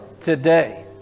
today